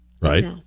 right